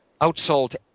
outsold